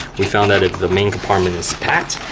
we found that if the main compartment is packed,